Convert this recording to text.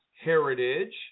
heritage